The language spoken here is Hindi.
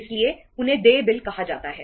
इसलिए उन्हें देय बिल कहा जाता है